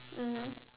mmhmm